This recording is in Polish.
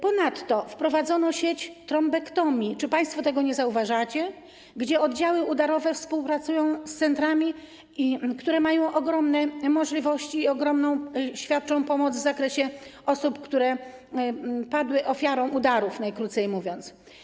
Ponadto wprowadzono sieć trombektomii - czy państwo tego nie zauważacie? - gdzie oddziały udarowe współpracują z centrami, które mają ogromne możliwości i świadczą ogromną pomoc dla osób, które padły ofiarą udarów, najkrócej mówiąc.